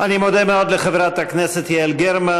אני מודה מאוד לחברת הכנסת יעל גרמן,